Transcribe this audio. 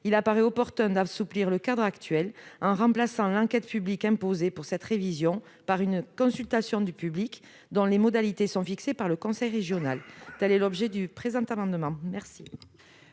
il apparaît opportun d'assouplir le cadre actuel en remplaçant l'enquête publique imposée pour cette révision par une consultation du public, dont les modalités seraient fixées par le conseil régional. Tel est l'objet du présent amendement.